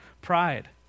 pride